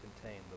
contain